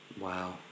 Wow